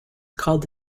called